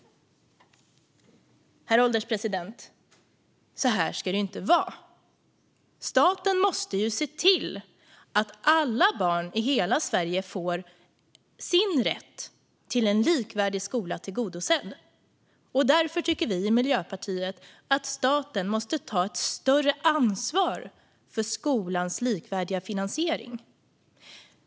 Herr ålderspresident! Så här ska det inte vara. Staten måste se till att alla barn i hela Sverige får sin rätt till en likvärdig skola tillgodosedd, och därför tycker vi i Miljöpartiet att staten måste ta ett större ansvar för skolans likvärdiga finansiering.